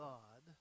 God